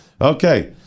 Okay